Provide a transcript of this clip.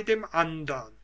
dem andern